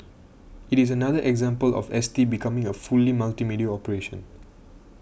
it is another example of S T becoming a fully multimedia operation